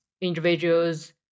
individuals